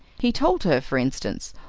he told her, for instance,